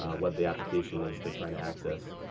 what the application is they're trying to access.